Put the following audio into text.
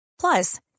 Plus